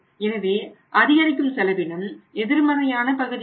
எனவே அதிகரிக்கும் செலவினம் எதிர்மறையான பகுதியாகும்